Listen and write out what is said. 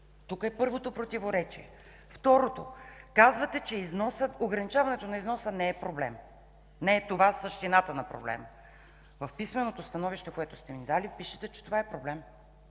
Тук е първото противоречие. Второто, казвате, че ограничаването на износа не е проблем, не е това същината на проблема. В писменото становище, което сте ми дали, пишете, че това е проблем,